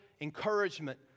encouragement